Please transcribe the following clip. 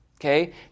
Okay